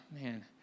man